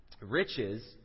Riches